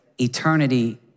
eternity